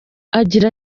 agira